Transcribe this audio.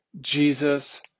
Jesus